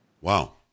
Wow